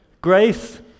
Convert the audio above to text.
Grace